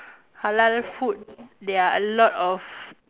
halal food there are a lot of